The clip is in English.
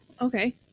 okay